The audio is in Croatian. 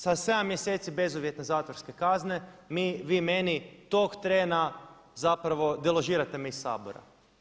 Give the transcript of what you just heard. Sa 7 mjeseci bezuvjetne zatvorske kazne vi meni tog trena zapravo deložirate me iz Sabora.